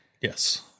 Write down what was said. Yes